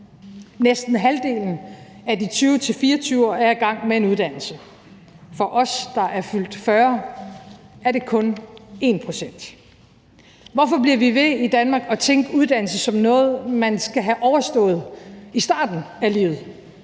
Næsten halvdelen af de 20-24-årige er i gang med en uddannelse. For os, der er fyldt 40, er det kun 1 pct. Hvorfor bliver vi ved i Danmark at tænke uddannelse som noget, man skal have overstået i starten af livet,